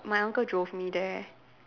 my uncle drove me there